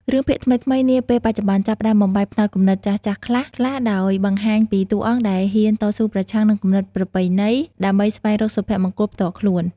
រឿងភាគថ្មីៗនាពេលបច្ចុប្បន្ន ចាប់ផ្តើមបំបែកផ្នត់គំនិតចាស់ៗខ្លះៗ ដោយបង្ហាញពីតួអង្គដែលហ៊ានតស៊ូប្រឆាំងនឹងគំនិតប្រពៃណី ដើម្បីស្វែងរកសុភមង្គលផ្ទាល់ខ្លួន។